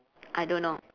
I don't know